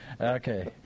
Okay